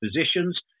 positions